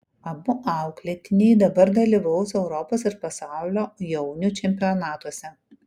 abu auklėtiniai dabar dalyvaus europos ir pasaulio jaunių čempionatuose